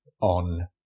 on